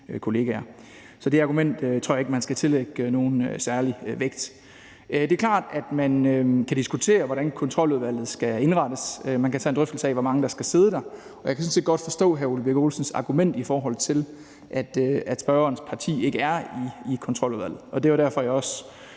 partikollegaer. Så det argument tror jeg ikke man skal tillægge nogen særlig vægt. Det er klart, at man kan diskutere, hvordan Kontroludvalget skal indrettes. Man kan tage en drøftelse af, hvor mange der skal sidde der. Jeg kan sådan set godt forstå hr. Ole Birk Olesens argument, i forhold til at spørgerens parti ikke er i Kontroludvalget, og det var derfor, at jeg også